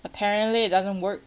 apparently it doesn't work